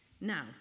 Now